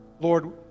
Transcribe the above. Lord